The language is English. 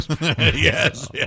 Yes